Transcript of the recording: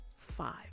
five